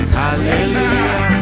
hallelujah